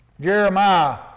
Jeremiah